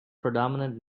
predominant